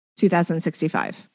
2065